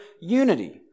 unity